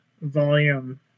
volume